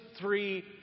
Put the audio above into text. three